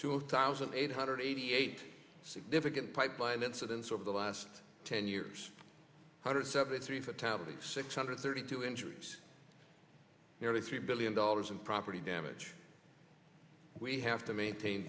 two thousand eight hundred eighty eight significant pipeline incidents over the last ten years hundred seventy three fatalities six hundred thirty two injuries nearly three billion dollars in property damage we have to maintain